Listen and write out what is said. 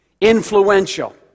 Influential